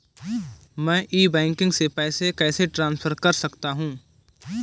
मैं e banking से पैसे कैसे ट्रांसफर कर सकता हूं?